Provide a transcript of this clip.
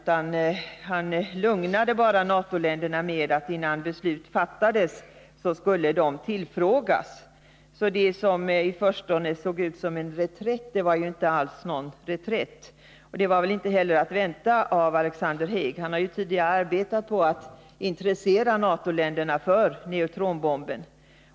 Han lugnade bara NATO-länderna med att dessa skall tillfrågas innan beslut fattas. Så det som i förstone såg ut som en reträtt var inte alls någon sådan. Det var inte heller att vänta av Alexander Haig. Han har ju tidigare arbetat på att intressera NATO-länderna för neutronbomben.